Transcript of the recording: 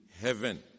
heaven